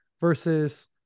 versus